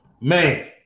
Man